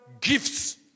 gifts